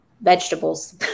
vegetables